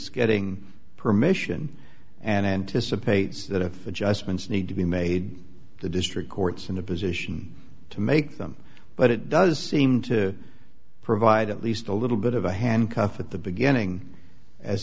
getting permission and anticipates that if adjustments need to be made the district court's in a position to make them but it does seem to provide at least a little bit of a handcuff at the beginning as